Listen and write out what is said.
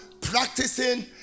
practicing